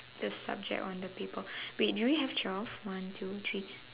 the subject on the paper wait do we have twelve one two three